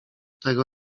tego